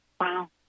Wow